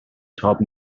تاب